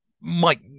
Mike